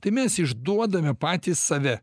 tai mes išduodame patys save